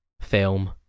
film